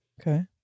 Okay